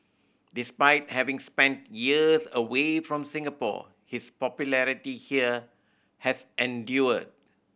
despite having spent years away from Singapore his popularity here has endured